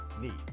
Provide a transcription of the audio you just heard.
need